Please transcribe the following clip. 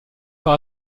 par